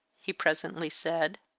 he presently said.